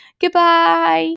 Goodbye